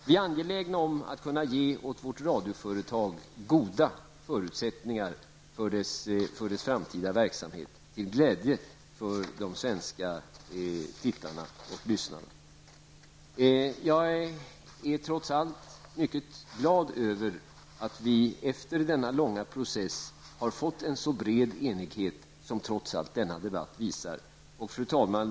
Vi är angelägna att kunna ge vårt radioföretag goda förutsättningar för dess framtida verksamhet, till glädje för de svenska tittarna och lyssnarna. Jag är trots allt glad över att vi efter denna långa process har uppnått en så bred enighet som denna debatt visar. Fru talman!